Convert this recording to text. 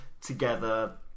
together